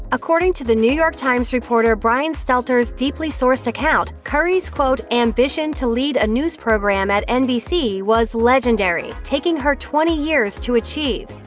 according to the new york times reporter brian stelter's deeply sourced account, curry's quote ambition to lead a news program at nbc was legendary, taking her nearly twenty years to achieve.